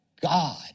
God